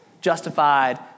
justified